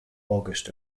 august